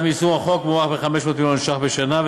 מיישום החוק הוא כ-500 מיליון ש"ח בשנה,